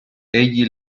egli